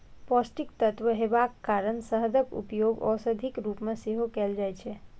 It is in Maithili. पौष्टिक तत्व हेबाक कारण शहदक उपयोग औषधिक रूप मे सेहो कैल जाइ छै